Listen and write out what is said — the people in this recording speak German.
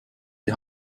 die